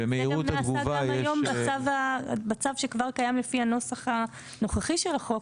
וזה גם נעשה היום בצו שכבר קיים לפי הנוסח הנוכחי של החוק,